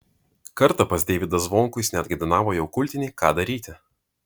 kartą pas deivydą zvonkų jis netgi dainavo jau kultinį ką daryti